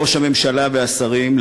ראש הממשלה והשרים,